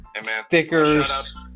stickers